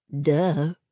Duh